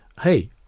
Hey